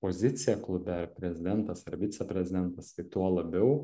poziciją klube ar prezidentas viceprezidentas tai tuo labiau